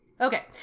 Okay